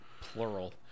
Plural